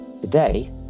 today